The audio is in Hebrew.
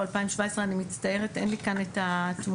ב- ,2017 אני מצטערת אין לי כאן את התמונה,